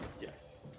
Yes